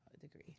degree